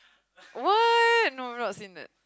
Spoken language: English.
what no not seen it